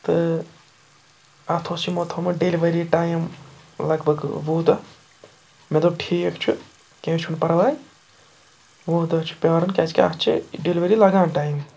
تہٕ اَتھ اوس یِمو تھوٚمُت ڈلؤری ٹایِم لگ بگ وُہ دۄہ مےٚ دوٚپ ٹھیٖک چھُ کینٛہہ چھُنہٕ پَرواے وُہ دۄہ چھُ پیٛارُن کیٛازِکہِ اَتھ چھِ ڈلؤری لگان ٹایِم